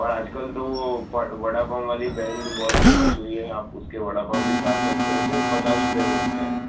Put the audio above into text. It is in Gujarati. ઔર આજકલ તો વો પટ વડાપાઉં વાલી બહેન ભી બહોત ફેમસ હુઈ હૈ આપ ઉસકે વડપાઉં ભી ખા સકતે હો સિર્ફ પચાસ રૂપે મેં મિલતે હૈ